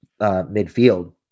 midfield